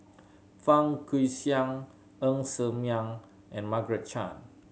Fang Guixiang Ng Ser Miang and Margaret Chan